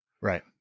Right